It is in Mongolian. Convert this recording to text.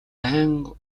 байнга